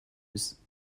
use